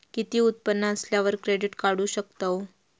किती उत्पन्न असल्यावर क्रेडीट काढू शकतव?